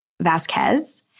Vasquez